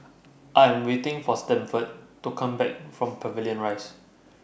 I Am waiting For Sanford to Come Back from Pavilion Rise